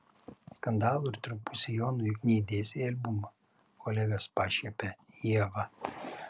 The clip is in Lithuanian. skandalų ir trumpų sijonų juk neįdėsi į albumą kolegas pašiepia ieva